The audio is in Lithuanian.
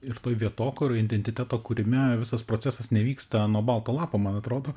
ir toj vietokūroj identiteto kūrime visas procesas nevyksta nuo balto lapo man atrodo